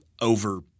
over